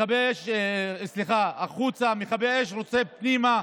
מכבי האש רוצה פנימה,